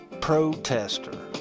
protester